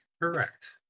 Correct